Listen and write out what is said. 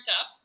up